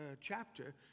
chapter